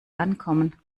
ankommen